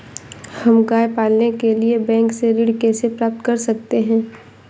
हम गाय पालने के लिए बैंक से ऋण कैसे प्राप्त कर सकते हैं?